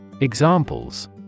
Examples